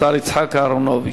אחד נמנע.